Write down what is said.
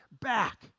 back